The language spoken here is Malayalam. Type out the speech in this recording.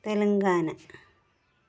തെലങ്കാന